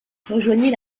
rejoignit